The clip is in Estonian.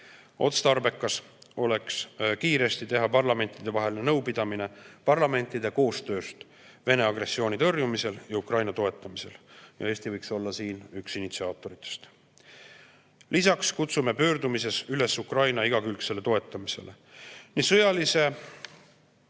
Otstarbekas oleks kiiresti teha parlamentidevaheline nõupidamine parlamentide koostööst Vene agressiooni tõrjumisel ja Ukraina toetamisel. Eesti võiks olla siin üks initsiaatoritest. Lisaks kutsume pöördumises üles Ukraina igakülgsele toetamisele.